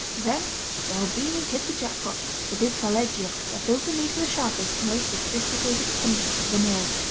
then galbini hit the jackpot with his taleggio that fills the need for the sharpest, most sophisticated pungence of them all.